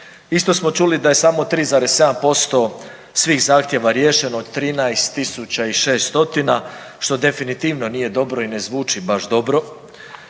Isto smo čuli da je samo 3,7% svih zahtjeva riješeno, 13.600 što definitivno nije dobro i ne zvuči baš dobro.